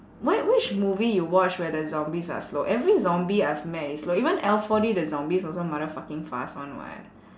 where which movie you watch where the zombies are slow every zombie I've met is slow even L_four_D the zombies also motherfucking fast [one] [what]